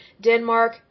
Denmark